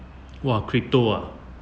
!wah! crypto ah